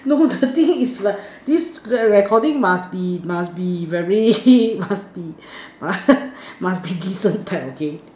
no the thing is my this recording must be must be very must be must must be decent type okay